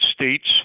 States